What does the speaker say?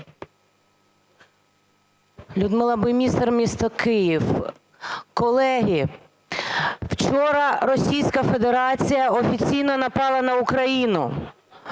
Людмила Буймістер, місто Київ. Колеги, вчора Російська Федерація офіційно напала на Україну,